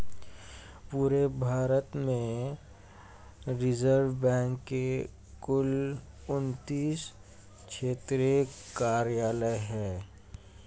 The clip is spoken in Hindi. पूरे भारत में रिज़र्व बैंक के कुल उनत्तीस क्षेत्रीय कार्यालय हैं